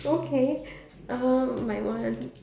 okay um my one